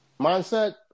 mindset